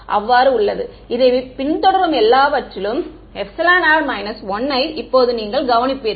அவ்வாறு உள்ளது இதைப் பின்தொடரும் எல்லாவற்றிலும் r 1 யை இப்போது நீங்கள் கவனிப்பீர்கள்